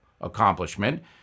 accomplishment